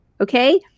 Okay